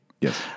Yes